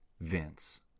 Vince